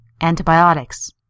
Antibiotics